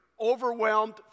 overwhelmed